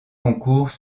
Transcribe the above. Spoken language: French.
concours